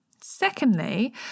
Secondly